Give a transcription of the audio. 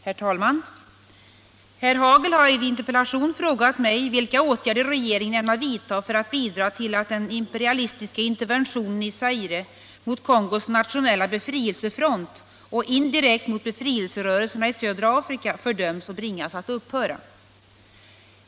Herr talman! Herr Hagel har i en interpellation frågat mig vilka åtgärder regeringen ämnar vidta för att bidra till att den imperialistiska interventionen i Zaire mot Kongos nationella befrielsefront och indirekt mot befrielserörelserna i södra Afrika fördöms och bringas att upphöra.